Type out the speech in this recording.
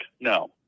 no